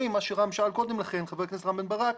מה ששאל קודם לכן חבר הכנסת רם בן ברק,